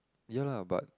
ya lah but